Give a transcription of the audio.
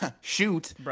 Shoot